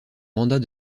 mandat